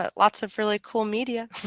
ah lots of really cool media